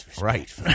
right